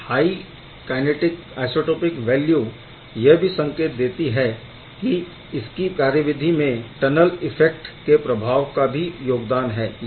यह high kinetic isotopic effect value यह भी संकेत देता है कि इसकी कार्यविधि में टनल इफ़ैक्ट के प्रभावित का भी योगदान है